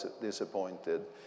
disappointed